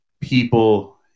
people